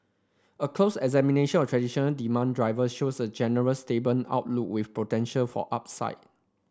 a closer examination of traditional demand driver shows a generally stable outlook with potential for upside